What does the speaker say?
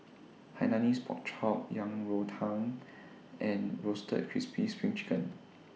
Hainanese Pork Chop Yang Rou Tang and Roasted Crispy SPRING Chicken